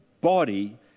body